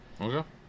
okay